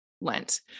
lent